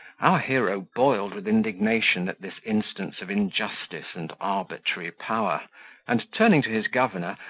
our hero boiled with indignation at this instance of injustice and arbitrary power and, turning to his governor,